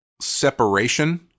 separation